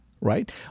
right